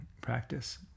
practice